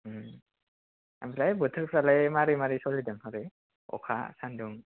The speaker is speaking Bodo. ओमफ्राय बोथोरफ्रालाय मारै मारै सलिदों हरै आखा सानदुं